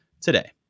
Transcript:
today